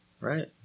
Right